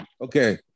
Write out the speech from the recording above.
Okay